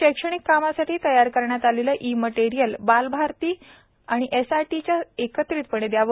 शैक्षणिक कामासाठी तयार करण्यात आलेले ई मटेरियल बालभारती व एससीईआरटी यांनी एकत्रितपणे द्यावे